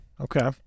Okay